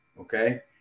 Okay